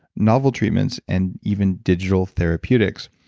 novel treatments and even digital therapeutics.